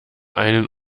einen